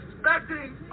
expecting